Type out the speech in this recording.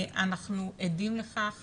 אנחנו עדים לכך